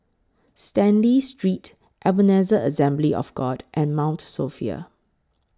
Stanley Street Ebenezer Assembly of God and Mount Sophia